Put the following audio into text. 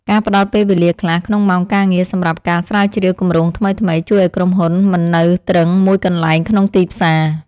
ការផ្ដល់ពេលវេលាខ្លះក្នុងម៉ោងការងារសម្រាប់ការស្រាវជ្រាវគម្រោងថ្មីៗ ជួយឱ្យក្រុមហ៊ុនមិននៅទ្រឹងមួយកន្លែងក្នុងទីផ្សារ។